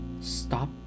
stop